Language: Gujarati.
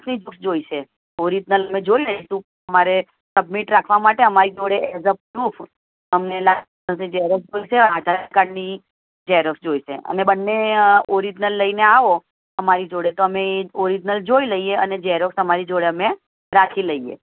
સ્લીપ જોઈશે ઓરિજનલ અમે જોઈ લઇશું મારે સબમિટ રાખવા માટે અમારી જોડે એઝ અ પ્રૂફ અમને લાઇસન્સની ઝેરોક્ષ જોઈશે આધારકાર્ડની ઝેરોક્ષ જોઈશે અને બન્ને ઓરિજનલ લઈને આવો અમારી જોડે તો અમે ઓરિજનલ જોઈ લઈએ અને ઝેરોક્ષ અમારી જોડે અમે રાખી લઈએ